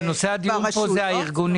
נושא הדיון כאן הוא הארגונים.